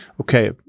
okay